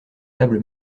table